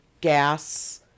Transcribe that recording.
gas